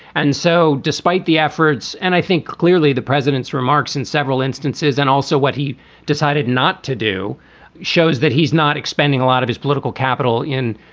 and so despite the efforts and i think clearly the president's remarks in several instances and also what he decided not to do shows that he's not expending a lot of his political capital in,